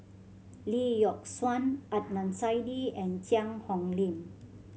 Lee Yock Suan Adnan Saidi and Cheang Hong Lim